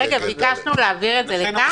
ביקשנו להעביר את זה לכאן?